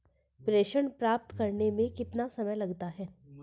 प्रेषण प्राप्त करने में कितना समय लगता है?